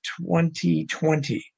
2020